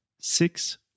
Six